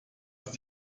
ist